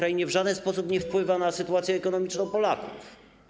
Ukrainie w żaden sposób nie wpływa na sytuację ekonomiczną Polaków.